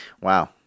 Wow